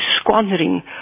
squandering